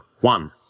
one